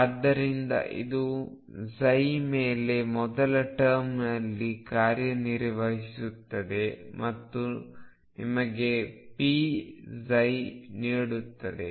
ಆದ್ದರಿಂದ ಇದು ಮೇಲೆ ಮೊದಲ ಟರ್ಮ್ನಲ್ಲಿ ಕಾರ್ಯನಿರ್ವಹಿಸುತ್ತದೆ ಮತ್ತು ನಿಮಗೆ pψ ನೀಡುತ್ತದೆ